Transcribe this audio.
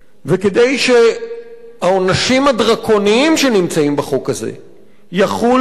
כדי שהעונשים הדרקוניים שנמצאים בחוק הזה יחולו,